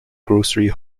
grocery